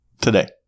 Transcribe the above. today